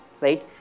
Right